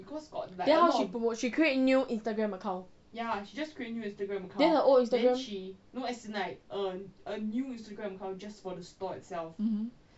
then how she promote she create new instagram account then her old instagram